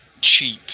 cheap